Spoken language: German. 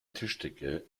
tischdecke